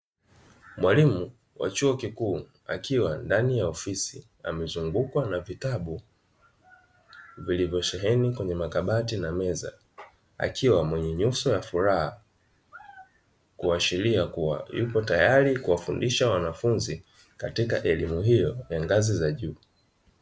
Mwalimu wa chuo kikuu, akiwa ndani ya ofisi amezungukwa na vitabu; vilivyosheheni kwenye makabati na meza. Akiwa mwenye nyuso ya furaha, kuashiria kuwa yupo tayari kuwafundisha wanafunzi katika elimu hiyo ya ngazi za juu.